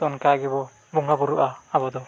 ᱛᱚ ᱚᱱᱠᱟ ᱜᱮᱵᱚᱱ ᱵᱚᱸᱜᱟ ᱵᱳᱨᱳᱜᱼᱟ ᱟᱵᱚ ᱫᱚ